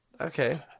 Okay